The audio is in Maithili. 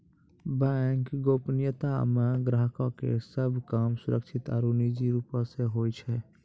बैंक गोपनीयता मे ग्राहको के सभ काम सुरक्षित आरु निजी रूप से होय छै